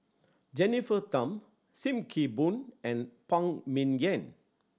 Jennifer Tham Sim Kee Boon and Phan Ming Yen